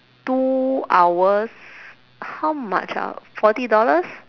two hours how much ah forty dollars